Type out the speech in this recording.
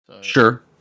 sure